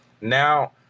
now